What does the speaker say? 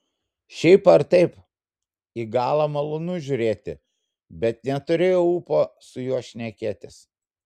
šiaip ar taip į galą malonu žiūrėti bet neturėjau ūpo su juo šnekėtis